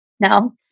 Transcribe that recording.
No